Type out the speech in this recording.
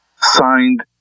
signed